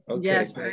Yes